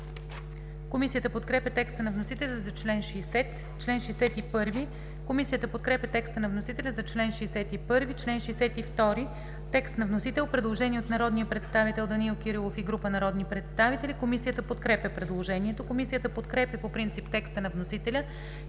Комисията подкрепя текста на вносителя за чл. 116. По чл. 117 има предложение от народния представител Данаил Кирилов и група народни представители. Комисията подкрепя предложението. Комисията подкрепя по принцип текста на вносителя